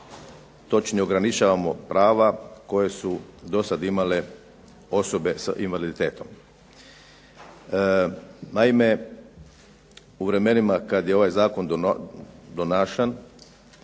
točnije ograničavamo prava koje su do sada imale osobe s invaliditetom. Naime, u vremenima kada je ovaj Zakon donašan